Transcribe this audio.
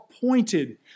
pointed